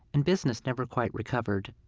and business never quite recovered.